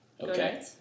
okay